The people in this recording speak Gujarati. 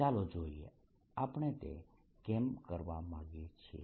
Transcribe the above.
ચાલો જોઈએ આપણે તે કેમ કરવા માંગીએ છીએ